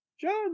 John